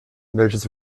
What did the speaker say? welches